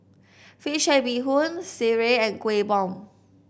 fish head Bee Hoon sireh and Kueh Bom